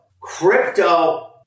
Crypto